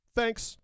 Thanks